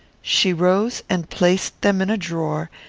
she rose and placed them in a drawer,